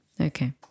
okay